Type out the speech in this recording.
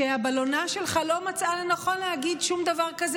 ש"הבלונה" שלך לא מצאה לנכון להגיד שום דבר כזה